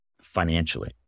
financially